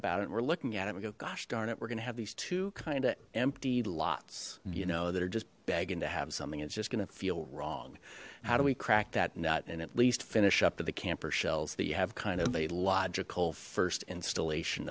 about it we're looking at it we go gosh darn it we're gonna have these two kind of empty lots you know that are just begging to have something it's just gonna feel wrong how do we crack that nut and at least finish up to the camper shells that you have kind of a logical first installation